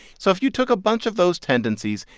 so if you took a bunch of those tendencies,